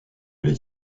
les